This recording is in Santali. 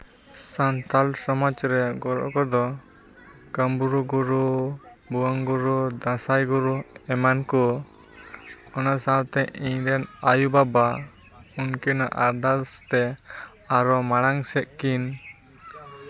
ᱥᱟᱱᱛᱟᱲ ᱥᱚᱢᱟᱡᱽ ᱨᱮ ᱜᱩᱨᱩ ᱠᱚᱫᱚ ᱠᱟᱢᱨᱩ ᱜᱩᱨᱩ ᱵᱷᱩᱣᱟᱹᱝ ᱜᱩᱨᱩ ᱫᱟᱸᱥᱟᱭ ᱜᱩᱨᱩ ᱮᱢᱟᱱ ᱠᱚ ᱚᱱᱟ ᱥᱟᱶᱛᱮ ᱤᱧ ᱨᱮᱱ ᱟᱭᱳᱼᱵᱟᱵᱟ ᱩᱱᱠᱤᱱᱟᱜ ᱟᱨᱫᱟᱥ ᱛᱮ ᱟᱨᱚ ᱢᱟᱲᱟᱝ ᱥᱮᱜ ᱠᱤᱱ